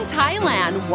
Thailand